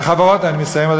אני מסיים.